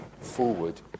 forward